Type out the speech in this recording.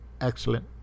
excellent